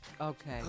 Okay